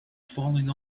falling